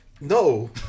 No